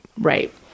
Right